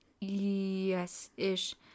Yes-ish